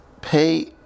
Pay